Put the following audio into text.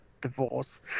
divorce